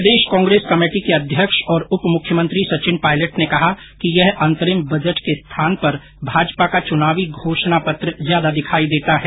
प्रदेश Congress committee के अध्यक्ष और उप मुख्यमंत्री सचिन पायलट ने कहा कि यह अंतरिम बजट के स्थान पर भाजपा का चुनावी घोषणा पत्र ज्यादा दिखाई देता है